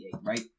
right